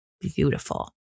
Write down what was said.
beautiful